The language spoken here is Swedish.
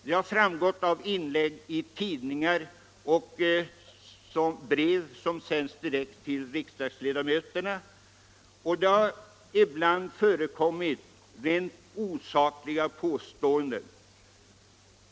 Det har framgått av inlägg i tidningar och av brev som sänts direkt till riksdagsledamöterna, det har ibland förekommit rent osakliga påståenden.